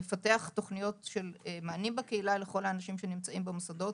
לפתח תכניות של מענים בקהילה לכל האנשים שנמצאים במוסדות.